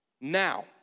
Now